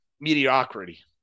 mediocrity